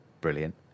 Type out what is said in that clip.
Brilliant